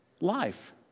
life